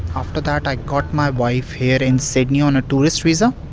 after that i got my wife here in sydney on a tourist visa.